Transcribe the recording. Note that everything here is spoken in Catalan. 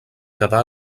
quedà